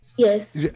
Yes